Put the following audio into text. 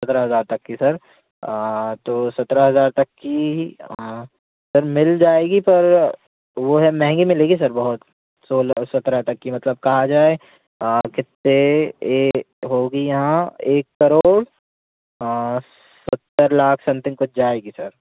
सत्रह हज़ार तक की सर तो सत्रह हज़ार तक की सर मिल जाएगी पर वो है महंगी मिलेगी सर बहुत सोलह सत्रह तक की मतलब कहा जाए कितने एक होगी यहाँ एक करोड़ सत्तर लाख समथिंग कुछ जाएगी सर